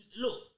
look